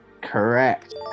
Correct